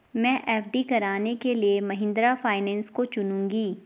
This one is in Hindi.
मैं एफ.डी कराने के लिए महिंद्रा फाइनेंस को चुनूंगी